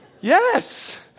Yes